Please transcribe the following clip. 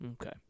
Okay